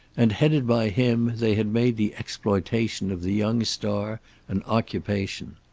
and, headed by him, they had made the exploitation of the young star an occupation.